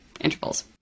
intervals